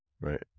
Right